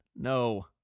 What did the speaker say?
No